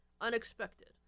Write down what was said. unexpected